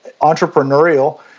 entrepreneurial